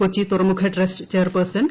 കൊച്ചി തുറമുഖ trust chairperson ഡോ